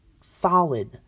solid